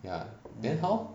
ya then how